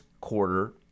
quarter